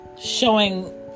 showing